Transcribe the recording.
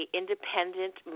independent